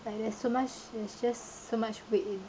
like there's so much there's just so much weight in